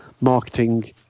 marketing